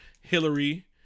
Hillary